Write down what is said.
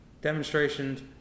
demonstrations